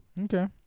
Okay